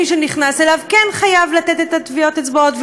מי שנכנס אליו חייב לתת טביעות אצבעות,